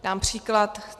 Dám příklad.